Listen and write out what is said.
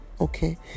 Okay